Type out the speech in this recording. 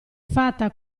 fatta